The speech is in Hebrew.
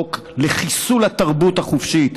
חוק לחיסול התרבות החופשית,